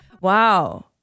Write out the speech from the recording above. Wow